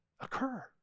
occur